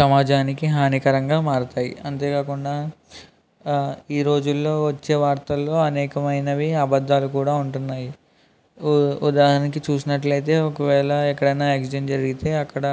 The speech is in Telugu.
సమాజానికి హానికరంగా మారతాయి అంతేకాకుండా ఈ రోజుల్లో వచ్చే వార్తల్లో అనేకమైనవి అబద్దాలు కూడా ఉంటున్నాయి ఉదాహరణకి చూసినట్లు అయితే ఒకవేళ ఎక్కడైనా యాక్సిడెంట్ జరిగితే అక్కడ